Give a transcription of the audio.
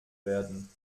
werden